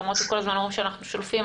למרות שכל הזמן אומרים שאנחנו שולפים,